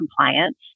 compliance